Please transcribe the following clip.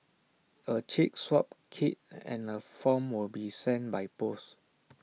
A cheek swab kit and A form will be sent by post